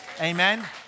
amen